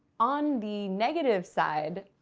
on the negative side,